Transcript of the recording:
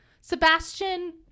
Sebastian